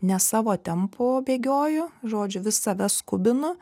ne savo tempu bėgioju žodžiu vis save skubinu